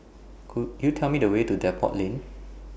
Could YOU Tell Me The Way to Depot Lane